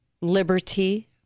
liberty